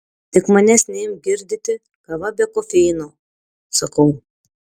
tik manęs neimk girdyti kava be kofeino sakau